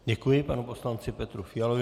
Děkuji panu poslanci Petru Fialovi.